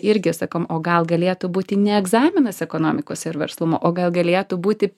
irgi sakom o gal galėtų būti ne egzaminas ekonomikos ir verslumo o gal galėtų būti